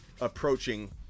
approaching